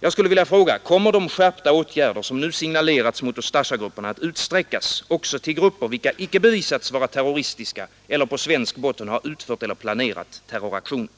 Jag skulle vilja fråga: Kommer de skärpta åtgärder som nu signalerats mot Ustasjagrupperna att utsträckas också till grupper, vilka icke bevisats Vara terroristiska eller på svensk botten ha utfört eller planerat terroraktioner?